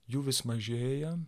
jų vis mažėja